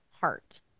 heart